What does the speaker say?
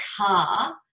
car